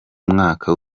mwaka